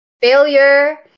failure